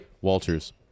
Walters